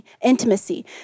intimacy